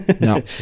No